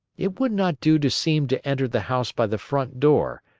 it would not do to seem to enter the house by the front door,